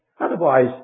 Otherwise